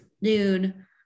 noon